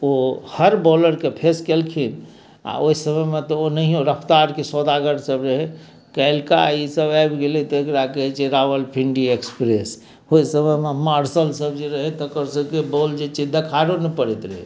ओ हर बॉलरके फेस केलखिन आओर ओइ समयमे तऽ ओनेहियो रफ्तारके सौदागर सब रहै कैलाकि ई सब आबि गेलै तऽ एकरा कहै छै रावलपिंडी एक्स्प्रेस ओइ समयमे मार्शन सब जे रहै तकर सबके बॉल जे छै से देखारो नहि पड़ैत रहै